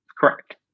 Correct